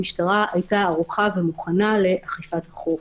המשטרה הייתה ערוכה ומוכנה לאכיפת החוק.